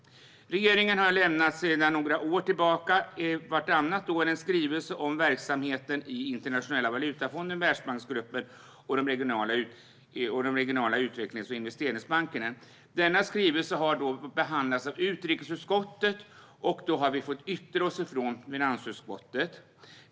Regeringen lämnar sedan några år tillbaka vartannat år en skrivelse om verksamheten i Internationella valutafonden, Världsbanksgruppen och de regionala utvecklings och investeringsbankerna. Skrivelsen har behandlats av utrikesutskottet, och vi har fått yttra oss från finansutskottet.